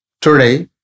Today